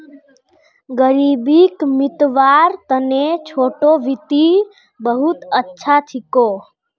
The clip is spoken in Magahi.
ग़रीबीक मितव्वार तने छोटो वित्त बहुत अच्छा छिको